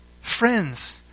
Friends